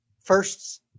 firsts